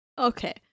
Okay